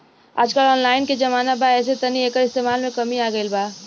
आजकल ऑनलाइन के जमाना बा ऐसे तनी एकर इस्तमाल में कमी आ गइल बा